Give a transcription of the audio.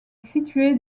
situé